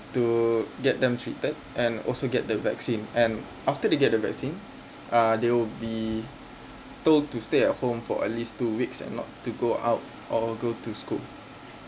to get them treated and also get the vaccine and after they get the vaccine uh they will be told to stay at home for at least two weeks and not to go out or go to school